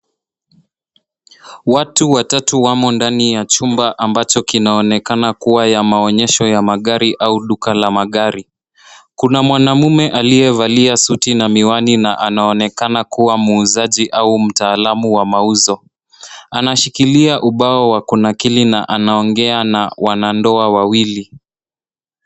Watu watatu wamo chumba ambacho kinaonekana kuwa ya maonyesho ya magari au duka la magari. Kuna mwanamume aliye valia suti na miwani na anaonekana kuwa muuzaji au mtaalamu wa mauzo. Anashikilia ubao wa kunakili na anaongea na wanandoa wawili.